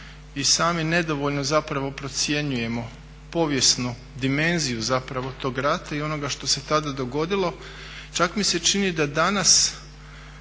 i sami nedovoljno zapravo procjenjujemo povijesnu dimenziju zapravo tog rata i onoga što se tada dogodilo. Čak mi se čini da danas